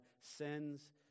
sends